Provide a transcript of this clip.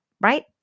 Right